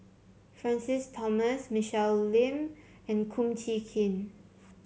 Francis Thomas Michelle Lim and Kum Chee Kin